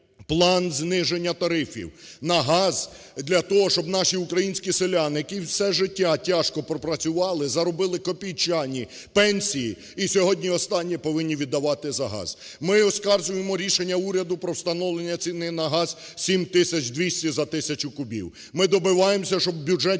план зниження тарифів на газ для того, щоб наші українські селяни, які все життя тяжко пропрацювали, заробили копійчані пенсії і сьогодні останнє повинні віддавати за газ. Ми оскаржуємо рішення уряду про встановлення ціни на газ 7 тисяч 200 за тисячу кубів. Ми добиваємося, щоб в бюджеті